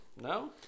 No